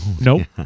Nope